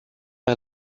par